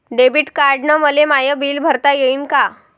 Debit कार्डानं मले माय बिल भरता येईन का?